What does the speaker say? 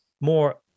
more